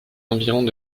environs